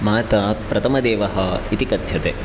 माता प्रथमदेवः इति कथ्यते